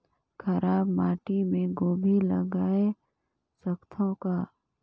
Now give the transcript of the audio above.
खराब माटी मे गोभी जगाय सकथव का?